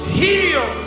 heal